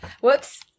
Whoops